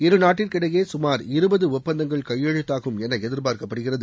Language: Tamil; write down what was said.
இருநாட்டிற்கிடையே சுமார் இருபது ஒப்பந்தங்கள் கையெழுத்தாகும் என எதிர்பார்க்கப்படுகிறது